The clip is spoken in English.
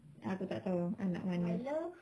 aku tak tahu anak